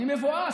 אני מבואס,